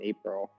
April